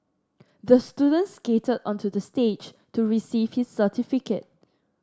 the student skated onto the stage to receive his certificate